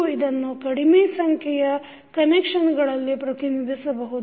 ನೀವು ಇದನ್ನು ಕಡಿಮೆ ಸಂಖ್ಯೆಯ ಕನೆಕ್ಷನ್ಗಳಲ್ಲಿ ಪ್ರತಿನಿಧಿಸಬಹುದು